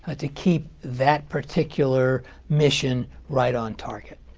ah to keep that particular mission right on target.